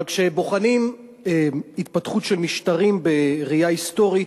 אבל כשבוחנים התפתחות של משטרים בראייה היסטורית,